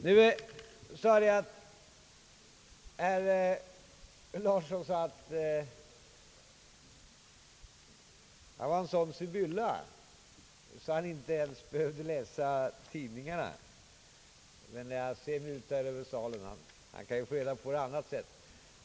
Herr Thorsten Larsson sade att han var en så skicklig sibylla att han inte ens behövde läsa tidningarna, men när jag ser ut över kammaren undrar jag om han kan ha fått upplysningar på något annat sätt.